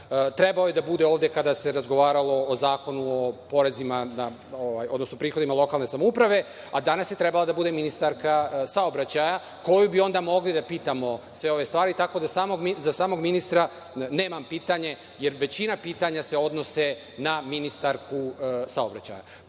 Trebao je da bude ovde kada se razgovaralo o Zakonu o porezima, odnosno prihodima lokalne samouprave, a danas je trebala da bude ministarka saobraćaja, koju bi onda mogli da pitamo sve ove stvari. Tako da za samog ministra nemam pitanje, jer većina pitanja se odnosi na ministarku saobraćaja. Ponavljam,